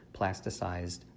plasticized